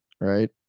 right